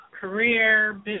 career